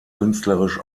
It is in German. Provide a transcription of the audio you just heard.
künstlerisch